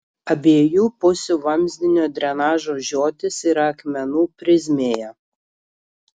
abiejų pusių vamzdinio drenažo žiotys yra akmenų prizmėje